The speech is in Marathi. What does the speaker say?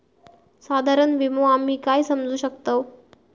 साधारण विमो आम्ही काय समजू शकतव?